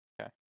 Okay